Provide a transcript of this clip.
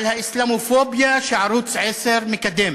על האסלאמופוביה שערוץ 10 מקדם